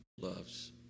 loves